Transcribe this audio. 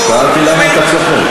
שאלתי למה אתה צוחק.